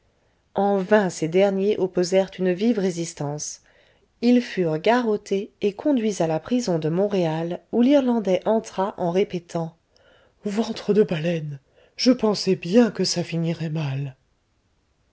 en vain ces derniers opposèrent une vive résistance ils furent garrottés et conduits à la prison de montréal où l'irlandais entra en répétant ventre de baleine je pensais bien que ça finirait mal